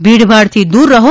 ભીડભાડ થી દૂર રહો